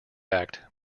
act